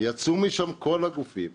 יצאו משם כל הגופים.